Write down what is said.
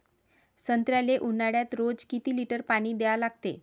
संत्र्याले ऊन्हाळ्यात रोज किती लीटर पानी द्या लागते?